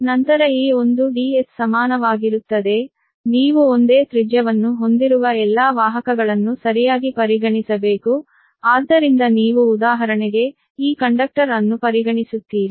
ನಂತರ ಈ ಒಂದು Ds ನಿಮಗೆ ಸಮಾನವಾಗಿರುತ್ತದೆ ನೀವು ಒಂದೇ ತ್ರಿಜ್ಯವನ್ನು ಹೊಂದಿರುವ ಎಲ್ಲಾ ವಾಹಕಗಳನ್ನು ಸರಿಯಾಗಿ ಪರಿಗಣಿಸಬೇಕು ಆದ್ದರಿಂದ ನೀವು ಉದಾಹರಣೆಗೆ ಈ ಕಂಡಕ್ಟರ್ ಅನ್ನು ಪರಿಗಣಿಸುತ್ತೀರಿ